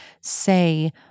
say